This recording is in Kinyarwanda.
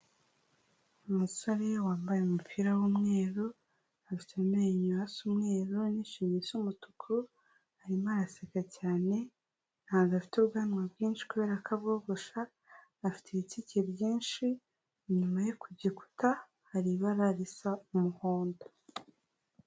Umusore wambaye umupira w'umweru, afite amenyo asa umweru n'ishinya isa umutuku, arimo araseka cyane, ntabwo afite ubwanwa bwinshi kubera ko abwogosha, afite ibitsike byinshi, inyuma ye ku gikuta hari ibara risa umuhondo.